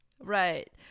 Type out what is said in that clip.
Right